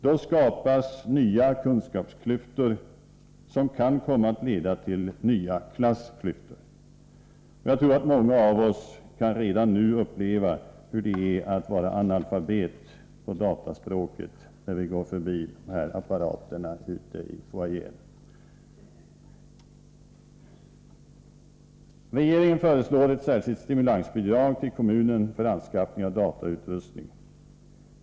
Då skapas nya kunskapsklyftor som kan komma att leda till nya klassklyftor. Jag tror att många av oss redan nu kan uppleva hur det är att vara analfabet på dataspråket, när vi går förbi apparaterna i foajén. Regeringen föreslår ett särskilt stimulansbidrag till kommunerna för anskaffning av datautrustning.